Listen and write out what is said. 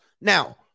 Now